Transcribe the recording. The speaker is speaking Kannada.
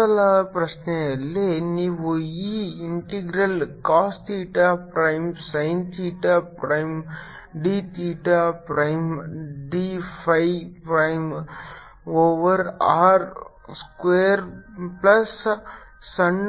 ಮೊದಲ ಪ್ರಶ್ನೆಯಲ್ಲಿ ನೀವು ಈ integral cos theta prime sin theta prime d theta prime d phi prime over R square plus ಸಣ್ಣ